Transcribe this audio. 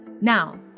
Now